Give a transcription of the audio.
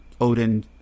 Odin